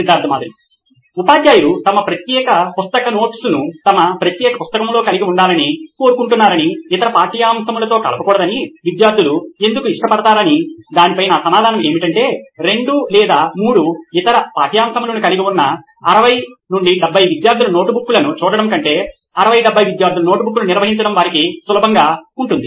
Siddharth Maturi CEO నోయిన్ electronics ఉపాధ్యాయులు తమ ప్రత్యేక పుస్తక నోట్స్ను తమ ప్రత్యేక పుస్తకంలో కలిగి ఉండాలని కోరుకుంటున్నారని ఇతర పాఠ్యాంశములతో కలపకూడదని ఉపాధ్యాయులు ఎందుకు ఇష్టపడతారని నా సమాధానం ఏమిటంటే 2 లేదా 3 ఇతర పాఠ్యాంశములను కలిగి ఉన్న 60 70 విద్యార్థుల నోట్బుక్ను చూడటం కంటే 60 70 విద్యార్థుల నోట్బుక్లు నిర్వహించడం వారికి సులభంగా ఉంది